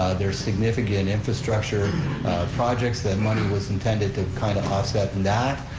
there's significant infrastructure projects, that money was intended to kind of offset that,